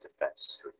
defense